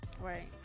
Right